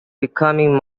becoming